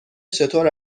چطور